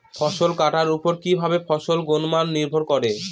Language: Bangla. ফসল কাটার উপর কিভাবে ফসলের গুণমান নির্ভর করে?